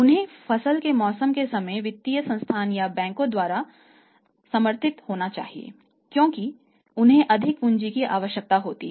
उन्हें फसल के मौसम के समय वित्तीय संस्थान या बैंकों द्वारा समर्थित होना चाहिए क्योंकि उन्हें अधिक पूंजी की आवश्यकता होती है